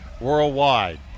worldwide